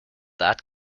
that